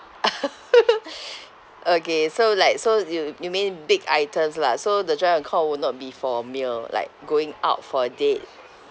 okay so like so you you mean big items lah so the joint account will not be for meal like going out for a date